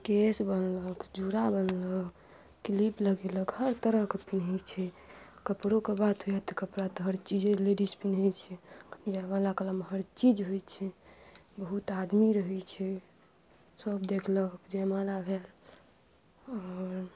केस बनलक जूरा बनलक क्लीप लगेलक हर तरहके पहिरै छै कपड़ोके बात होयत तऽ कपड़ा तऽ हर चीज लेडीज पहिरै छै जयमाला कालमे हर चीज होइ छै बहुत आदमी रहै छै सब देखलक जयमाला भेल आओर